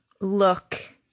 look